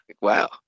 Wow